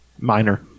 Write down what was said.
Minor